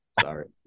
Sorry